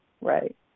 Right